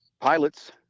pilots